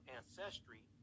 ancestry